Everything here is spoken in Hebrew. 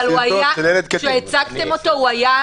אבל כשהצגתם את הסרטון הוא היה,